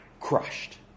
Crushed